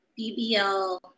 BBL